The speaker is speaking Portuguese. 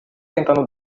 tentando